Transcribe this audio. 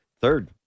Third